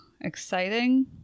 exciting